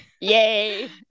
yay